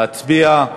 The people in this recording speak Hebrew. ולהצביע.